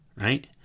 right